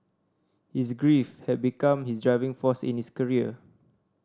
his grief had become his driving force in his career